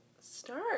start